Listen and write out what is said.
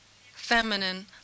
feminine